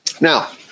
Now